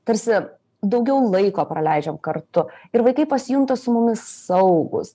tarsi daugiau laiko praleidžiam kartu ir vaikai pasijunta su mumis saugūs